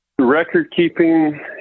record-keeping